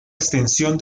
extensión